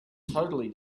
totally